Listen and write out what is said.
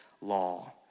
law